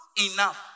enough